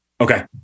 Okay